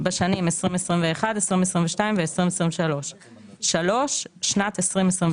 בשנים 2021, 2022, ו-2023"; (3)שנת 2026